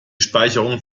speicherung